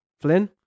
Flynn